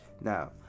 Now